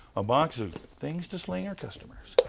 a box of things to sling our customers.